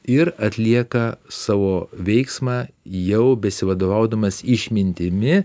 ir atlieka savo veiksmą jau besivadovaudamas išmintimi